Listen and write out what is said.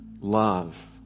love